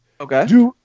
Okay